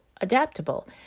adaptable